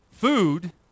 Food